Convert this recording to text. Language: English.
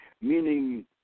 meaning